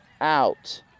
out